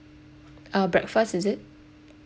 uh breakfast is it